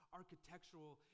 architectural